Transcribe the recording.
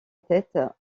tête